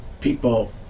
people